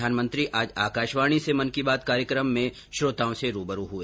प्रधानमंत्री आज आकाशवाणी से मन की बात कार्यक्रम में श्रोताओं से रूबरू हुए